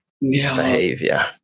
behavior